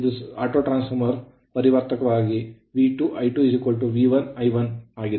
ಇದು ಸ್ವಯಂ ಪರಿವರ್ತಕವಾಗಿ V2I2V1 I1 ಆಗಿದೆ